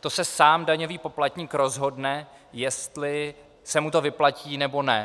to se sám daňový poplatník rozhodne, jestli se mu to vyplatí, nebo ne.